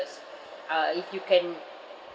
uh if you can